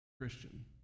Christian